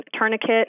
tourniquet